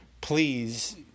Please